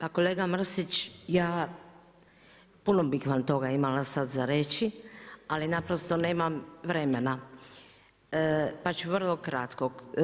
Pa kolega Mrsić, puno bih vam toga imala sada reći, ali naprosto nemam vremena, pa ću vrlo kratko.